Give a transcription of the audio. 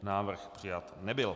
Návrh přijat nebyl.